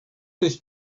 this